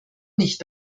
nicht